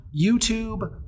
YouTube